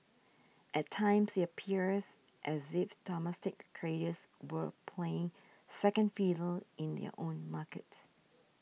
at times it appears as if domestic traders were playing second fiddle in their own market